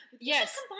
Yes